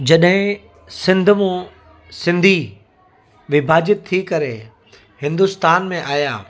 जॾहिं सिंध मां सिंधी विभाजित थी करे हिंदुस्तान में आहियां